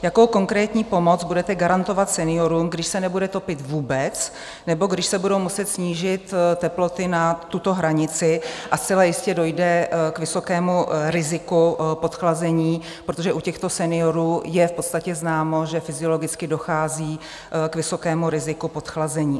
Jakou konkrétní pomoc budete garantovat seniorům, když se nebude topit vůbec nebo když se budou muset snížit teploty na tuto hranici a zcela jistě dojde k vysokému riziku podchlazení, protože u těchto seniorů je v podstatě známo, že fyziologicky dochází k vysokému riziku podchlazení?